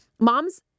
Moms